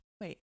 Wait